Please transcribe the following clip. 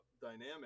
dynamic